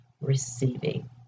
receiving